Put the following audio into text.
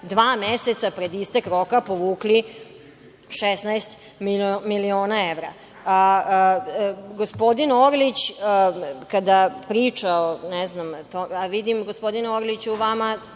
dva meseca pred istek roka, povukli 16 miliona evra. Gospodin Orlić kada priča, vidim, gospodine Orliću, vama